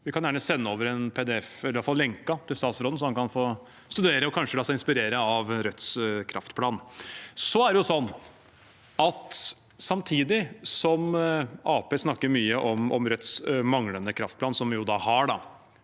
Vi kan gjerne sende over en PDF, eller i hvert fall lenken, til statsråden, slik at han kan få studere den og kanskje la seg inspirere av Rødts kraftplan. Arbeiderpartiet snakker mye om Rødts manglende kraftplan, som vi jo har,